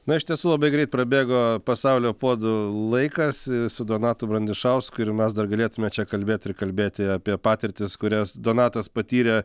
na iš tiesų labai greit prabėgo pasaulio puodų laikas su donatu brandišausku ir mes dar galėtume čia kalbėt ir kalbėti apie patirtis kurias donatas patyrė